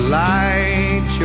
light